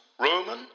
Roman